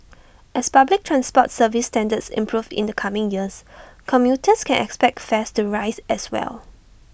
as public transport service standards improve in the coming years commuters can expect fares to rise as well